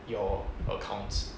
your account